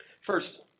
First